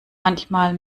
manchmal